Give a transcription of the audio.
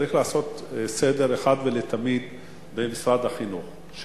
צריך לעשות סדר במשרד החינוך פעם אחת ולתמיד,